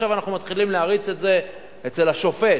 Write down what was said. עכשיו אנחנו מתחילים להריץ את זה אצל השופט,